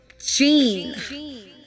Gene